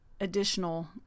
additional